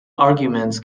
arguments